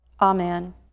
Amen